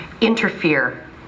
interfere